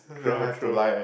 true true